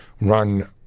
run